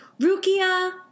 Rukia